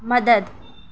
مدد